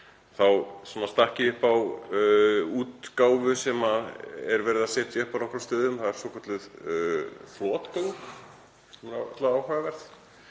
þá stakk ég upp á útgáfu sem verið er að setja upp á nokkrum stöðum, þ.e. svokölluð flotgöng. Þau eru áhugaverð.